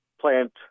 plant